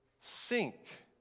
sink